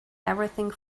everything